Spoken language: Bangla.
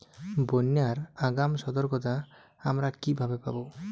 বন্যার আগাম সতর্কতা আমরা কিভাবে পাবো?